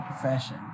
profession